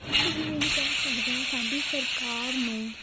ਅਸੀਂ ਜਿਵੇਂ ਕਿ ਕਹਿ ਸਕਦੇ ਹਾਂ ਸਾਡੀ ਸਰਕਾਰ ਨੂੰ